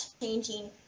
changing